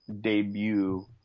debut